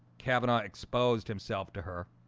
cavanaugh exposed himself to her.